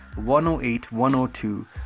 108-102